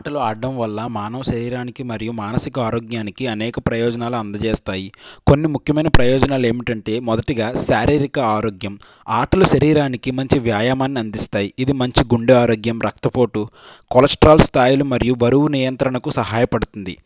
ఆటలు ఆడటం వల్ల మానవ శరీరానికి మరియు మానసిక ఆరోగ్యానికి అనేక ప్రయోజనాలు అందజేస్తాయి కొన్ని ముఖ్యమైన ప్రయోజనాలు ఏమిటంటే మొదటిగా శారీరిక ఆరోగ్యం ఆటలు శరీరానికి మంచి వ్యాయామాన్ని అందిస్తాయి ఇది మంచి గుండే ఆరోగ్యం రక్తపోటు కొలెస్ట్రాల్ స్థాయిలు మరియు బరువు నియంత్రణకు సహాయపడుతుంది